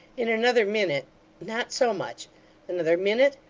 in another minute not so much another minute!